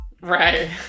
Right